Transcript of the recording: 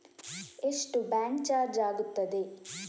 ಎಷ್ಟು bank charge ಆಗುತ್ತದೆ?